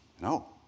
No